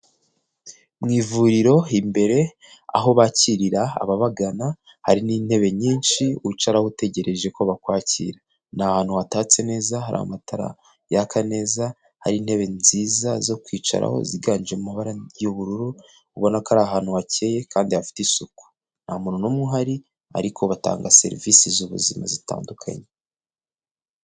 Mu ivuriro imbere aho bakirira ababagana, hari n'intebe nyinshi wicaraho utegereje ko bakwakira. Ni ahantu hatatse neza, hari amatara yaka neza, hari intebe nziza zo kwicaraho ziganje mu mabara y'ubururu, ubona ko ari ahantu hakeye kandi hafite isuku. Nta muntu n'umwe uhari ariko batanga serivisi z'ubuzima zitandukanye.